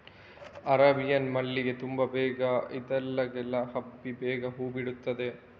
Arabian ಮಲ್ಲಿಗೆ ತುಂಬಾ ಬೇಗ ಇದ್ದಲ್ಲಿಗೆಲ್ಲ ಹಬ್ಬಿ ಬೇಗ ಹೂ ಬಿಡ್ತದೆ